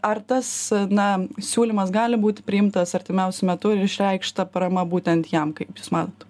ar tas na siūlymas gali būti priimtas artimiausiu metu ir išreikšta parama būtent jam kaip jūs manot